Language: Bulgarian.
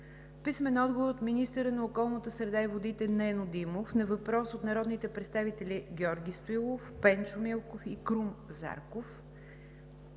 Пенчо Милков; - министъра на околната среда и водите Нено Димов на въпрос от народните представители Георги Стоилов, Пенчо Милков и Крум Зарков;